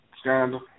scandal